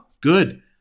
good